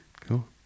cool